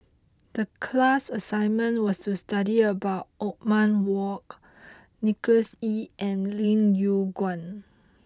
the class assignment was to study about Othman Wok Nicholas Ee and Lim Yew Kuan